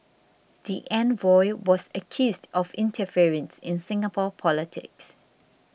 the envoy was accused of interference in Singapore politics